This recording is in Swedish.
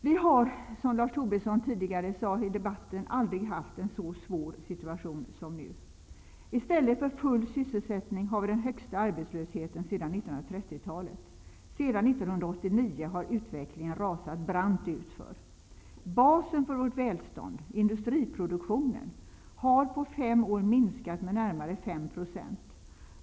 Vi har, som Lars Tobisson tidigare sade i debatten, aldrig haft en så svår situation som nu. I stället för full sysselsättning har vi den högsta arbetslösheten sedan 1930-talet. Sedan 1989 har utvecklingen rasat brant utför. Basen för vårt välstånd, industriproduktionen, har på fem år minskat med närmare 5 %.